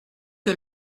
que